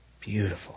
Beautiful